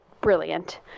brilliant